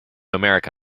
america